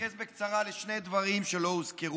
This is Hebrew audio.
להתייחס בקצרה לשני דברים שלא הוזכרו,